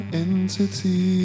entity